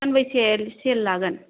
सानबेसे सिएल लागोन